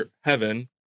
heaven